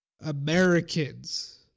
Americans